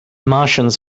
martians